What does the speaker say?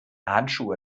handschuhe